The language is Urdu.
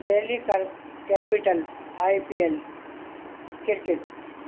دہلی کرب Capitals I P L cricket